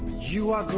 you are,